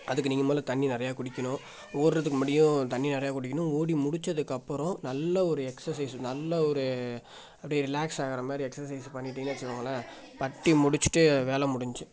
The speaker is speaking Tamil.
அதுக்கு நீங்கள் முதல தண்ணி நிறையா குடிக்கணும் ஓடுறதுக்கு முன்னாடியும் தண்ணி நிறைய குடிக்கணும் ஓடி முடிச்சதுக்கப்பறம் நல்ல ஒரு எக்ஸசைஸு நல்ல ஒரு அப்டே ரிலாக்ஸ் ஆகற மாதிரி எக்ஸசைஸ் பண்ணிவிட்டீங்கன்னு வச்சிக்கோங்களேன் பட்டி முடிச்சிவிட்டு வேலை முடிஞ்ச்சு